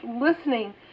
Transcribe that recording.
listening